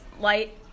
light